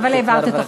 אבל העברת את החוק.